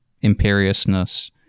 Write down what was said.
imperiousness